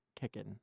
kicking